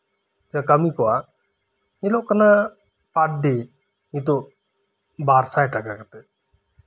ᱠᱟᱹᱢᱤ ᱠᱚᱣᱟᱜ ᱧᱮᱞᱚᱜ ᱠᱟᱱᱟ ᱯᱟᱨ ᱰᱮ ᱱᱤᱛᱳᱜ ᱵᱟᱨ ᱥᱟᱭ ᱴᱟᱠᱟ ᱠᱟᱛᱮ